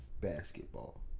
basketball